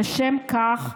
לשם כך,